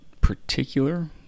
particular